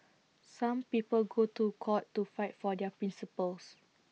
some people go to court to fight for their principles